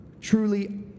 truly